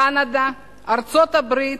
קנדה, ארצות-הברית,